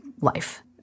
life